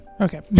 Okay